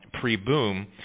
pre-boom